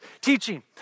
teaching